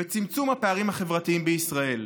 וצמצום הפערים החברתיים בישראל.